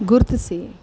ಗುರುತಿಸಿ